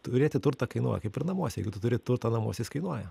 turėti turtą kainuoja kaip ir namuose jeigu tu turi turtą namuose jis kainuoja